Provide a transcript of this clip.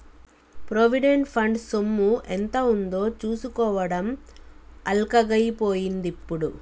provident fund సొమ్ము ఎంత ఉందో చూసుకోవడం అల్కగై పోయిందిప్పుడు